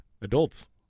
adults